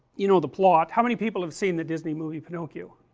you know the plot, how many people have seen the disney movie pinocchio?